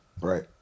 Right